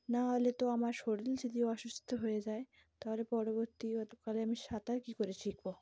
না হলে তো আমার শরীর যদি অসুস্থ হয়ে যায় তাহলে পরবর্তীকালে আমি সাঁতার কী করে শিখব